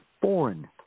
foreign